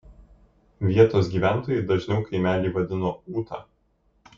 vietos gyventojai dažniau kaimelį vadino ūta